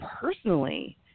personally